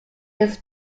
its